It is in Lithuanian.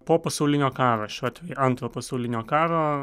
po pasaulinio karo šiuo atveju antrojo pasaulinio karo